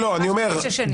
אני אומר,